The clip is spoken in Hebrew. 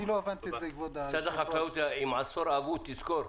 משרד החקלאות עם עשור אבוד, תזכור.